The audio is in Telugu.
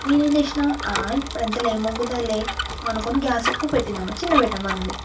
నేనేం చేసినా ఆ ఇప్పుడు అంతలో ఏమి పొందుతుందిలే అనుకోని గ్యాస్ ఎక్కువ పెట్టినాను ఆమె చిన్నగా పెట్టమన్నది